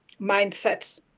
mindset